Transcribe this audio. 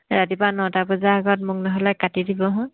ৰাতিপুৱা নটা বজাৰ আগত মোক ন'হলে কাটি দিবহোঁ